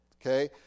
Okay